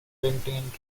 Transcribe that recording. painting